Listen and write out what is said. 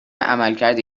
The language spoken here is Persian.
عملکرد